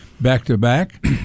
back-to-back